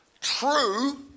true